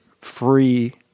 free